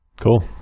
Cool